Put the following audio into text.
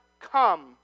come